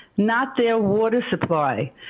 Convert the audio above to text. not their water supply.